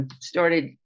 started